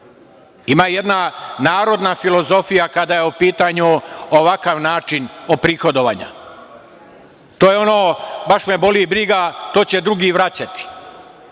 Ima jedna narodna filozofija kada je u pitanju ovakav način oprihodovanja. To je ono – baš me boli briga, to će drugi vraćati.